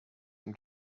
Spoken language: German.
zum